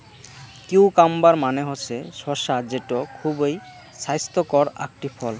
cucumber মানে হসে শসা যেটো খুবই ছাইস্থকর আকটি ফল